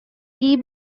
key